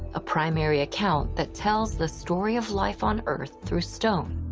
a primary account that tells the story of life on earth through stone.